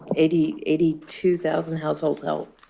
eighty eighty two thousand households helped.